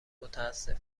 متاسف